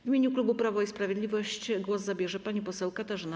W imieniu klubu Prawo i Sprawiedliwość głos zabierze pani poseł Katarzyna